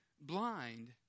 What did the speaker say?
blind